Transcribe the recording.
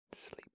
sleep